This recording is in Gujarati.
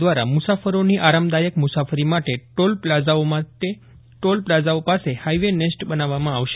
દ્વારા મુસાફરોની આરામદાયક મુસાફરી માટે ટોલ પ્લાઝાઓ પાસે હાઇવે નેસ્ટ બનાવવામાં આવશે